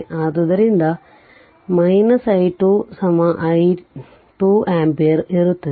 ಆದ್ದರಿಂದ i2 2 ampere ಇರುತ್ತದೆ